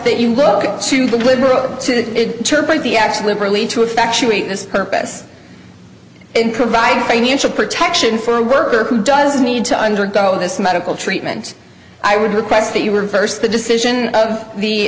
that you look to the group to interpolate the actual liberally to effectuate this purpose and provide financial protection for a worker who does need to undergo this medical treatment i would request that you were first the decision of the